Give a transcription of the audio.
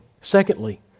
secondly